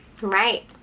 Right